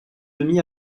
demi